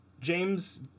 James